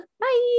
Bye